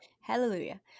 Hallelujah